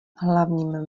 hlavním